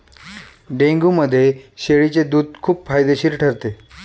डेंग्यूमध्ये शेळीचे दूध खूप फायदेशीर ठरते